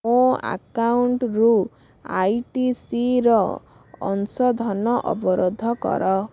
ମୋ ଆକାଉଣ୍ଟରୁ ଆଇଟିସିର ଅଂଶଧନ ଅବରୋଧ କର